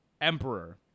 emperor